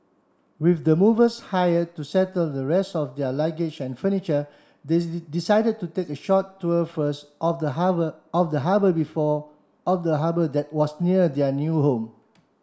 with the movers hired to settle the rest of their luggage and furniture they decided to take a short tour first of the harbour of the harbour before of the harbour that was near their new home